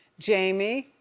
jamie,